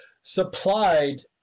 supplied